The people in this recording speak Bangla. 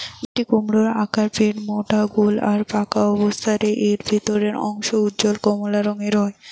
মিষ্টিকুমড়োর আকার পেটমোটা গোল আর পাকা অবস্থারে এর ভিতরের অংশ উজ্জ্বল কমলা রঙের হয়